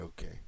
okay